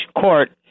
court